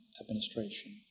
administration